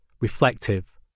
Reflective